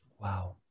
Wow